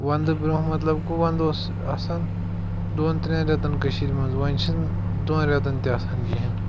وَنٛدٕ برٛونٛہہ مطلب گوٚو وَندٕ اوس آسان دۄن ترٛٮ۪ن رٮ۪تَن کٔشیٖرِ منٛز وۄنۍ چھِنہٕ دۄن رٮ۪تَن تہِ آسان کِہیٖنۍ